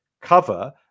cover